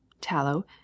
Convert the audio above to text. tallow